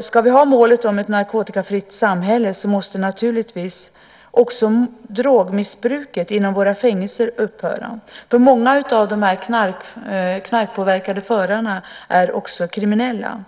Ska vi ha målet om ett narkotikafritt samhälle måste naturligtvis också drogmissbruket inom våra fängelser upphöra. Många av de knarkpåverkade förarna är ju också kriminella.